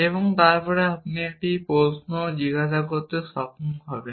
এবং তারপরে আপনি একটি প্রশ্ন জিজ্ঞাসা করতে সক্ষম হবেন